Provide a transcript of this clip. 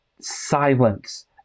Silence